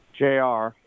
jr